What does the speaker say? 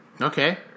Okay